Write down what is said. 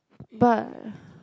but